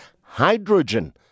hydrogen